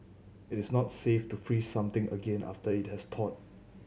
it is not safe to freeze something again after it has thawed